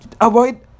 avoid